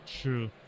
true